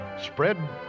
spread